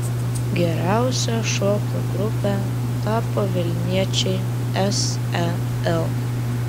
geriausia šokių grupe tapo vilniečiai sel